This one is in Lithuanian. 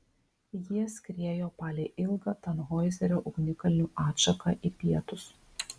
jie skriejo palei ilgą tanhoizerio ugnikalnių atšaką į pietus